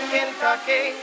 Kentucky